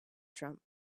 trump